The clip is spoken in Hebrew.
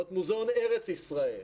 או את מוזיאון ארץ ישראל ,